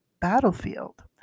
battlefield